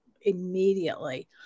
immediately